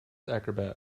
acrobat